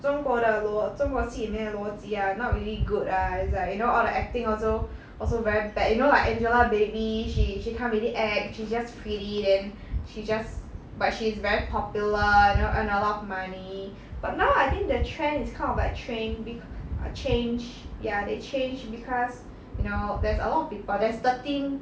中国的逻中国戏里面的逻辑啊 not really good ah is like you know all the acting also also very bad you know like angelababy she she can't really act she's just pretty then she just but she is very popular you know earn a lot of money but now I think the trend is kind of like train bec~ err changed ya they changed because you know there's a lot of people there's thirteen